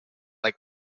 like